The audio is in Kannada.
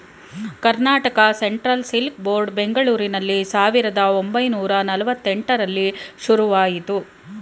ಕರ್ನಾಟಕ ಸೆಂಟ್ರಲ್ ಸಿಲ್ಕ್ ಬೋರ್ಡ್ ಬೆಂಗಳೂರಿನಲ್ಲಿ ಸಾವಿರದ ಒಂಬೈನೂರ ನಲ್ವಾತ್ತೆಂಟರಲ್ಲಿ ಶುರುವಾಯಿತು